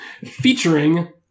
featuring